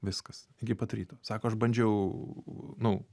viskas iki pat ryto sako aš bandžiau nu